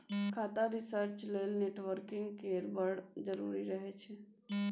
खाता रिसर्च लेल नेटवर्किंग केर बड़ जरुरी रहय छै